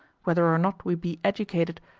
whether or not we be educated,